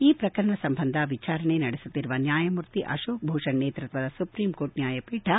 ಈ ಪ್ರಕರಣ ಸಂಬಂಧ ವಿಚಾರಣೆ ನಡೆಸುತ್ತಿರುವ ನ್ವಾಯಮೂರ್ತಿ ಅಶೋಕ್ ಭೂಷಣ್ ನೇತೃತ್ವದ ಸುಪ್ರೀಂ ಕೋರ್ಟ್ ನ್ಲಾಯಪೀಠವು